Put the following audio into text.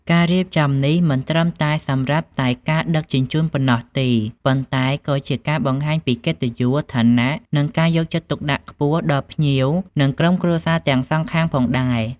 ការរៀបចំនេះមិនត្រឹមតែសម្រាប់តែការដឹកជញ្ជូនប៉ុណ្ណោះទេ ប៉ុន្តែក៏ជាការបង្ហាញពីកិត្តិយស ឋានៈ និងការយកចិត្តទុកដាក់ខ្ពស់ដល់ភ្ញៀវនិងក្រុមគ្រួសារទាំងសងខាងផងដែរ។